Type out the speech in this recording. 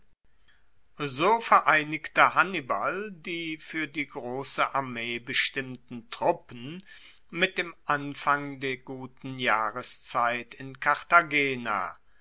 so vereinigte hannibal die fuer die grosse armee bestimmten truppen mit dem anfang der guten jahreszeit in